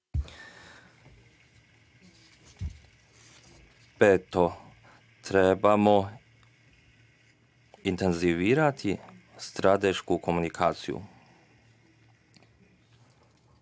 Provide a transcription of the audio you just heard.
trebamo intenzivirati stratešku komunikaciju